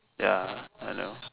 ya I know